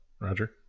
Roger